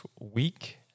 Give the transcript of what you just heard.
week